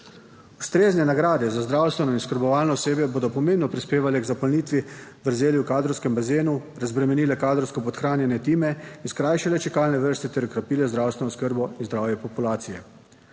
Ustrezne nagrade za zdravstveno in oskrbovalno osebje bodo pomembno prispevale k zapolnitvi vrzeli v kadrovskem bazenu, razbremenile kadrovsko podhranjene time in skrajšale čakalne vrste ter okrepile zdravstveno oskrbo in zdravje populacije.